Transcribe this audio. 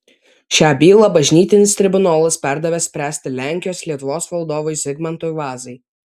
šią bylą bažnytinis tribunolas perdavė spręsti lenkijos lietuvos valdovui zigmantui vazai